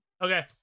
Okay